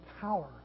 power